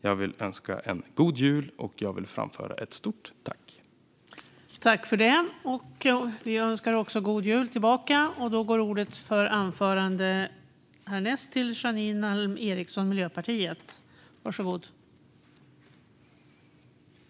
Jag vill även önska en god jul och framföra ett stort tack.